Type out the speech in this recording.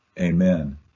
Amen